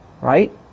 right